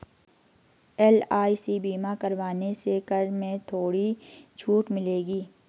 LIC बीमा करवाने से कर में थोड़ी छूट मिलेगी